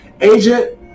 agent